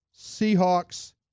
Seahawks